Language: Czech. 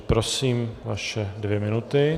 Prosím, vaše dvě minuty.